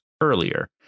earlier